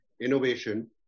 innovation